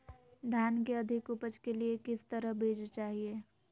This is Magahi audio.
धान की अधिक उपज के लिए किस तरह बीज चाहिए?